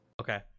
Okay